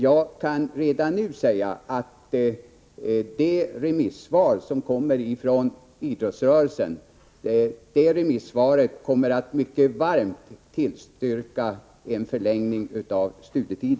Jag kan redan nu säga att de remissvar som kommer från idrottsrörelsen kommer att mycket varmt tillstyrka en förlängd studietid.